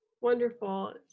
Wonderful